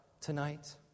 tonight